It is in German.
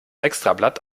extrablatt